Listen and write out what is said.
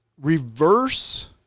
reverse